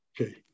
Okay